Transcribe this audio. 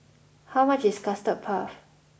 how much is Custard puff